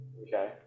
Okay